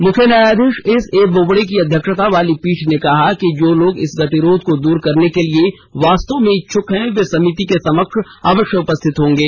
मुख्य न्यायाधीश S A Bobde की अध्यक्षता वाली पीठ ने कहा कि जो लोग इस गतिरोध को दूर करने के लिए वास्तव में इच्छक हैं वे समिति के समक्ष अवश्य उपस्थित होंगे